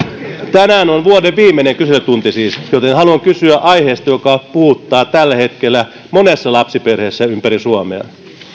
tänään on siis vuoden viimeinen kyselytunti joten haluan kysyä aiheesta joka puhuttaa tällä hetkellä monessa lapsiperheessä ympäri suomea